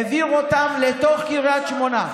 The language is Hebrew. העבירו אותם לתוך קריית שמונה.